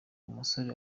umusore